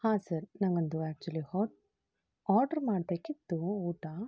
ಹಾಂ ಸರ್ ನನಗೊಂದು ಆ್ಯಕ್ಚುಲಿ ಹಾ ಆರ್ಡ್ರ್ ಮಾಡಬೇಕಿತ್ತು ಊಟ